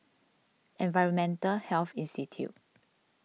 Environmental Health Institute